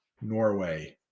Norway